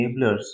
enablers